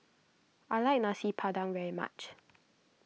I like Nasi Padang very much